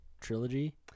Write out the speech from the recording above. trilogy